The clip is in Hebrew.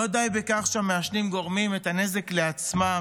לא די בכך שהמעשנים גורמים את הנזק לעצמם,